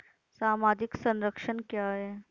सामाजिक संरक्षण क्या है?